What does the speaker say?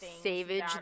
Savage